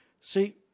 See